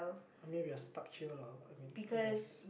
I mean we are stuck here lah I mean I guess